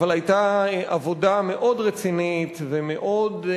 אבל היתה עבודה מאוד רצינית ומאוד,